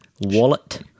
wallet